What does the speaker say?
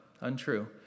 Untrue